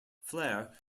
flair